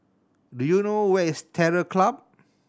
do you know where is Terror Club